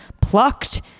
plucked